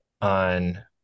On